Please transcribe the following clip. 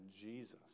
jesus